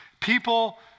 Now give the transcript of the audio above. People